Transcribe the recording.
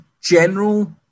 general